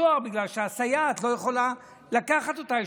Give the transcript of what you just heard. סוהר בגלל שהסייעת לא יכולה לקחת אותה.